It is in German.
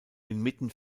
inmitten